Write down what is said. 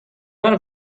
one